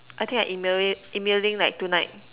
I think I email it emailing like tonight